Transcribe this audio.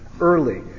early